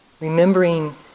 Remembering